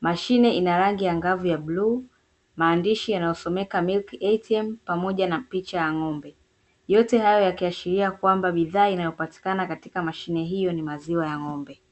Mashine ina rangi angavu ya buluu, maandishi yanayosomeka MILK ATM pamoja na picha ya ng'ombe. Yote hayo yakiashiria kwamba bidhaa inayopatikana katika mshine hiyo ni maziwa ya ng'ombe.